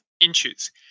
inches